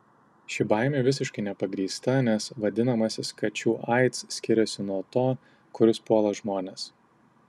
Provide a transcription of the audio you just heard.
ši baimė visiškai nepagrįsta nes vadinamasis kačių aids skiriasi nuo to kuris puola žmones